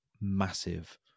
massive